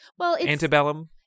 antebellum